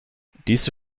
diese